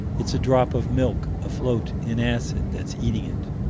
it's a drop of milk afloat in acid that's eating it.